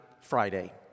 Friday